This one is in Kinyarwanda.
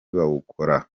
bawukora